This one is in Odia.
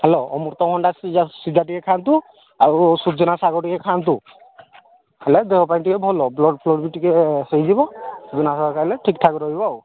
ହ୍ୟାଲୋ ଅମୃତଭଣ୍ଡା ସିଝା ସିଝା ଟିକେ ଖାଆନ୍ତୁ ଆଉ ସଜନା ଶାଗ ଟିକେ ଖାଆନ୍ତୁ ହେଲେ ଦେହ ପାଇଁ ଟିକେ ଭଲ ବ୍ଲଡ଼ ଫ୍ଲଡ଼ ବି ଟିକେ ହେଇଯିବ ସଜନା ଶାଗ ଖାଇଲେ ଠିକ୍ ଠାକ୍ ରହିବ ଆଉ